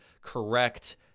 correct